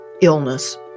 illness